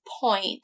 point